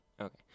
Okay